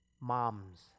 Moms